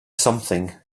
something